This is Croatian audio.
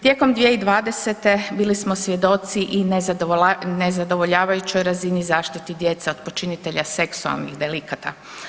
Tijekom 2020. bili smo svjedoci i nezadovoljavajućoj razini zaštiti djece od počinitelja seksualnih delikata.